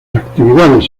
actividades